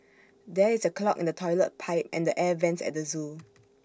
there is A clog in the Toilet Pipe and the air Vents at the Zoo